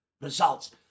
results